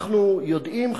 אנחנו יודעים,